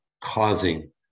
causing